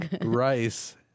rice